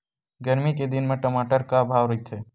गरमी के दिन म टमाटर का भाव रहिथे?